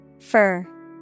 Fur